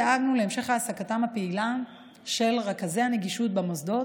דאגנו להמשך העסקתם הפעילה של רכזי הנגישות במוסדות,